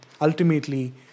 ultimately